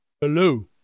hello